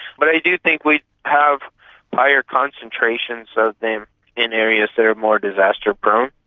but i do think we have higher concentrations of them in areas that are more disaster prone,